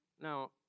Now